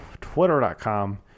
twitter.com